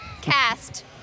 cast